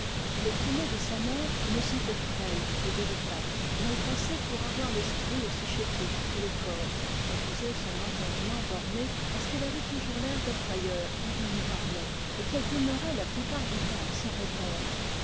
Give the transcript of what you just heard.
elle tenait de sa mère une santé frêle et délicate et elle passait pour avoir l'esprit aussi chétif que le corps on disait son entendement borné parce qu'elle avait toujours l'air d'être ailleurs quand on lui parlait et qu'elle demeurait la plupart du temps sans répondre